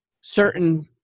certain